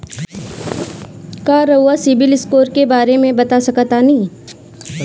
का रउआ सिबिल स्कोर के बारे में बता सकतानी?